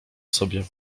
sobie